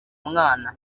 mwana